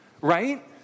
right